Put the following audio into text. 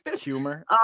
Humor